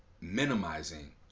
minimizing